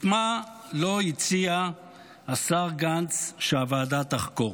את מה לא הציע השר גנץ שהוועדה תחקור?